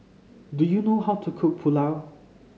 do you know how to cook Pulao